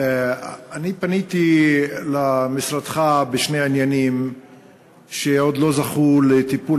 אני פניתי למשרדך בשני עניינים שעוד לא זכו לטיפול,